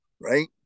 right